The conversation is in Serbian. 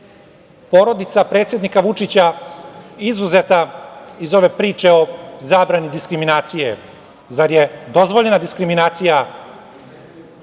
porodica predsednika Vučića izuzeta iz ove priče o zabrani diskriminacije? Zar je dozvoljena diskriminacija